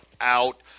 out